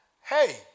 Hey